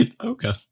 okay